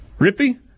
Rippy